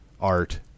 art